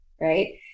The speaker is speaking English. right